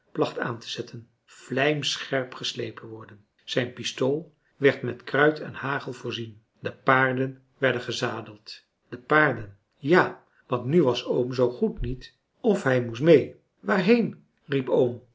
placht aan te zetten vlijmscherp geslepen worden zijn pistool werd met kruit en hagel voorzien de paarden werden gezadeld de paarden ja want nu was oom zoo goed niet of hij moest mee waarheen riep